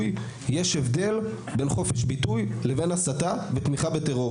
הוא חייב לטפל בזה ולהעלות את הסטודנט לוועדת משמעת ובירור,